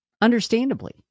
Understandably